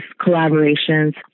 collaborations